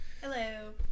Hello